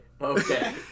Okay